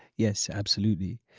yes absolutely.